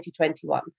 2021